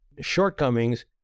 shortcomings